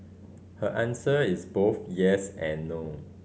her answer is both yes and no